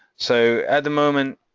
so at the moment,